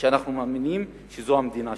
ואנחנו מאמינים שזו המדינה שלנו.